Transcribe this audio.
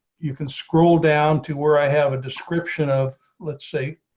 you can scroll down to where i have a description of, let's say,